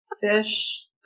Fish